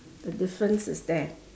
the difference is there